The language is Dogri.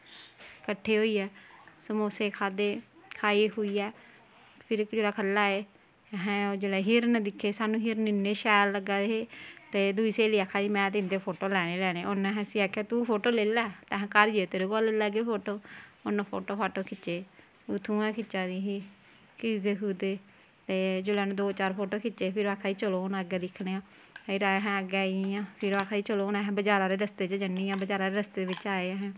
कट्ठे होइयै समोसे खाद्धे खाई खुइयै फिर थल्लै आए असें जिल्लै हिरण दिक्खे सानूं हिरण इन्ने शैल लग्गा दे हे ते दुई स्हेली आखा दी ही में ते इं'दे फोटो लैने गै लैने उन्नै असें उसी आखेआ तूं फोटो लेई लै असें घर जाइयै तेरे कोला लेई लैगे फोटो उन्न फोटो फाटो खिच्चे उत्थूं गै खिच्चा दी ही खिचदे खुचदे जिसलै उनें दो चार फोटो खिच्चे फिर आखा दी ही चलो हून अग्गें दिक्खने आं फिर असें अग्गें आई गेइयां फिर आक्खा दी ही चलो असें बजार आह्ले रस्ते जन्ने आं रस्ते बिच्च आए अस